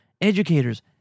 educators